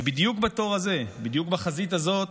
ובדיוק בתור הזה, בדיוק בחזית הזאת,